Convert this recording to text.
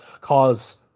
cause